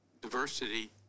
diversity